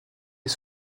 est